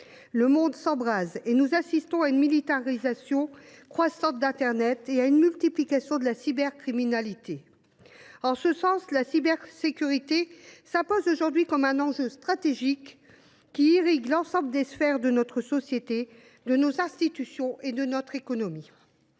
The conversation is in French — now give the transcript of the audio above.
Le monde s’embrase ; nous assistons à une militarisation croissante d’internet et à une explosion de la cybercriminalité. En ce sens, la cybersécurité s’impose aujourd’hui comme un enjeu stratégique, qui irrigue l’ensemble des sphères de notre société, de nos institutions et de notre économie.